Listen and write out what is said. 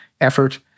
effort